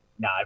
No